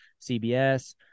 CBS